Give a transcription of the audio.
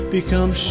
Become